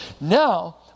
Now